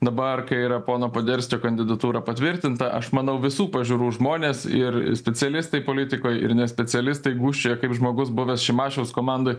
dabar kai yra pono poderskio kandidatūra patvirtinta aš manau visų pažiūrų žmonės ir specialistai politikoj ir ne specialistai gūžčioja kaip žmogus buvęs šimašiaus komandoj